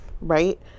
right